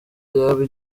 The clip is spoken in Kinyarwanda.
yaba